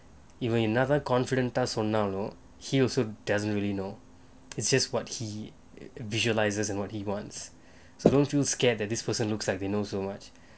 even என்னதான்:ennathaan confident ah சொன்னாலும்:sonnaalum he also doesn't really know it's just what he visualises and what he wants so don't feel scared that this person looks like they know so much